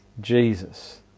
Jesus